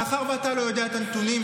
מאחר שאתה לא יודע את הנתונים,